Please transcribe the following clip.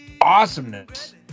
awesomeness